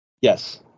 Yes